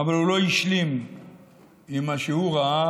אבל הוא לא השלים עם מה שהוא ראה